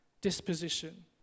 disposition